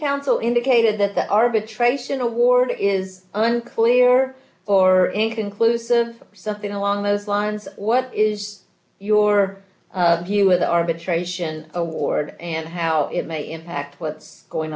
counsel indicated that the arbitration award is unclear or inconclusive or something along those lines what is your view of the arbitration award and how it may impact what's going